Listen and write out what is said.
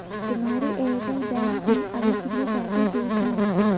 तुम्हारे Airtel bank में अभी कितने पैसे शेष हैं?